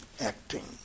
acting